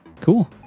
Cool